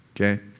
okay